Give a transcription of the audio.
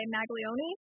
Maglioni